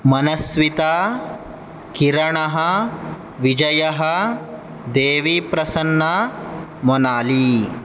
मनस्विता किरणः विजयः देवीप्रसन्ना मोनाली